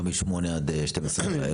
לא מ-8:00 עד 12:00 בלילה,